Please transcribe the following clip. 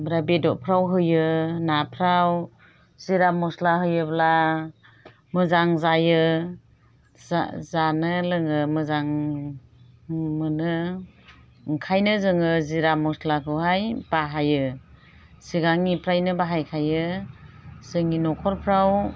ओमफ्राय बेददफ्राव होयो नाफ्राव जिरा मस्ला होयोब्ला मोजां जायो जानो लोङो मोजां मोनो ओंखायनो जोङो जिरा मस्लाखौहाय बाहायो सिगांनिफ्रायनो बाहायखायो जोंनि न'खरफ्राव